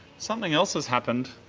something else has happened